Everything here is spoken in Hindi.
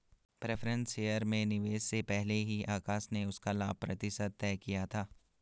प्रेफ़रेंस शेयर्स में निवेश से पहले ही आकाश ने उसका लाभ प्रतिशत तय किया था